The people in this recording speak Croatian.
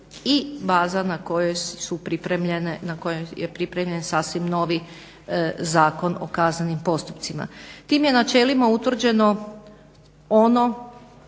i baza na kojoj je pripremljen sasvim novi Zakon o kaznenom postupku. Tim je načelima utvrđeno ono